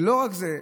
ולא רק זה,